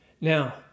Now